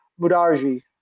Mudarji